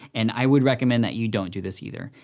and i would recommend that you don't do this either,